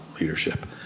leadership